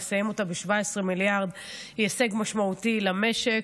ולסיים אותה ב-17 מיליארד זה הישג משמעותי למשק.